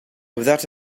without